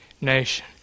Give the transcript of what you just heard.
nation